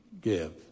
give